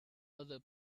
other